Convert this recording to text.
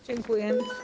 Dziękuję.